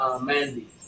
Mandy